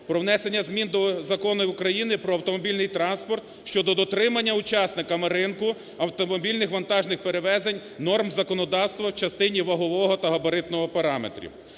про внесення змін до Закону України "Про автомобільних транспорт" (щодо дотримання учасниками ринку автомобільних вантажних перевезень норм законодавства в частині вагового та габаритного параметрів).